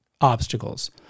obstacles